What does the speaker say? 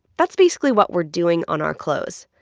that's basically what we're doing on our clothes